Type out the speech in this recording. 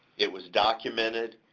it was documented,